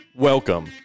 Welcome